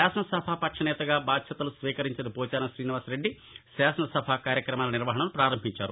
శాసనసభ పక్ష నేతగా బాధ్యతలు స్వీకరించిన పోచారం శ్రీనివాసరెడ్డి శాసనసభ్ల కార్యక్రమాలు నిర్వహణను ప్రారంభించారు